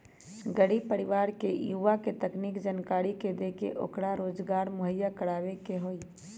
गरीब परिवार के युवा के तकनीकी जानकरी देके ओकरा रोजगार मुहैया करवावे के हई